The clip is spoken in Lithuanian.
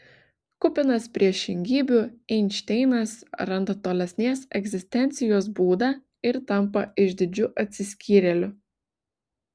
kupinas priešingybių einšteinas randa tolesnės egzistencijos būdą ir tampa išdidžiu atsiskyrėliu